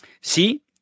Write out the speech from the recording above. See